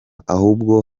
ahubwo